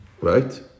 right